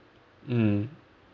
mm